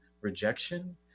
rejection